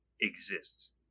exists